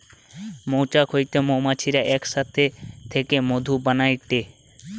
মৌচাক হইতে মৌমাছিরা এক সাথে থেকে মধু বানাইটে